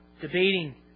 debating